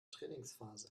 trainingsphase